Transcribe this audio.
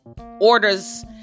orders